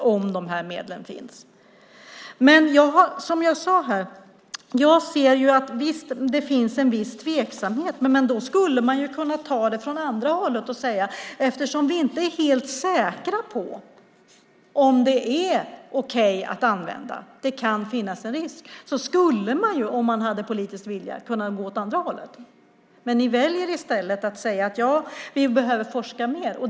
Som jag sade inser jag att det finns en viss tveksamhet, men man kunde ju vända på det hela och säga att eftersom vi inte är helt säkra på att det är okej att använda dessa medel, att det kan finnas en risk, skulle man, om den politiska viljan fanns, kunna gå åt andra hållet. I stället väljer man att säga att vi behöver forska mer.